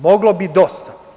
Moglo bi dosta.